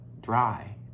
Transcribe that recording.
dry